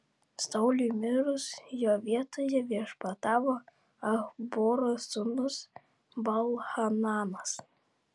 sauliui mirus jo vietoje viešpatavo achboro sūnus baal hananas